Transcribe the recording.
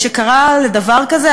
שקרה דבר כזה,